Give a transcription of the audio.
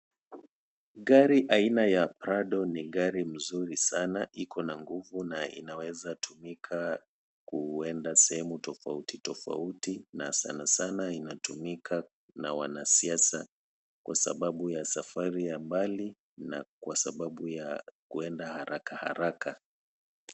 Gari aina ya Prado ni gari mzuri sana, iko na nguvu na inaweza tumika kuenda sehemu tofauti tofauti, na sana sana inatumika na wanasiasa kwa sababu ya safari ya mbali, na kwa sababu ya kuenda haraka haraka.